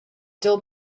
dill